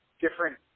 different –